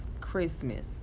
Christmas